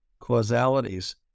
causalities